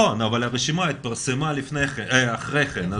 נכון, והרשימה התפרסמה אחרי כן.